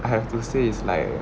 I have to say is like